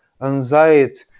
anxiety